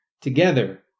together